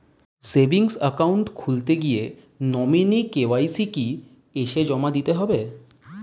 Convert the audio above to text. Savings account খুলতে গিয়ে nominee KYC কি এসে জমা দিতে হবে?